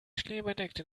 schneebedeckte